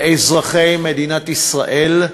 לאזרחי מדינת ישראל,